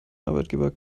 arbeitgeber